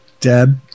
Deb